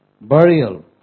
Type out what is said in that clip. burial